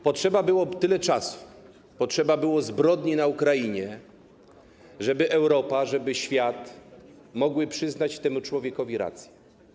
Potrzeba było tyle czasu, potrzeba było zbrodni na Ukrainie, żeby Europa, żeby świat mógł przyznać temu człowiekowi rację.